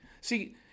See